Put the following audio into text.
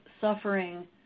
suffering